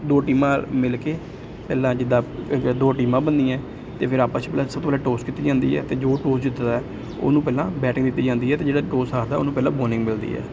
ਦੋ ਟੀਮਾਂ ਮਿਲ ਕੇ ਪਹਿਲਾਂ ਜਿੱਦਾਂ ਦੋ ਟੀਮਾਂ ਬਣਦੀਆਂ ਅਤੇ ਫਿਰ ਆਪਸ 'ਚ ਸਭ ਤੋਂ ਪਹਿਲਾ ਟੌਸ ਕੀਤੀ ਜਾਂਦੀ ਹੈ ਅਤੇ ਜੋ ਟੌਸ ਜਿੱਤਦਾ ਉਹਨੂੰ ਪਹਿਲਾਂ ਬੈਟਿੰਗ ਦਿੱਤੀ ਜਾਂਦੀ ਹੈ ਅਤੇ ਜਿਹੜਾ ਟੌਸ ਹਾਰਦਾ ਉਹਨੂੰ ਪਹਿਲਾਂ ਬੌਲਿੰਗ ਮਿਲਦੀ ਹੈ